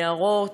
נערות,